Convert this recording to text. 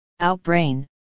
outbrain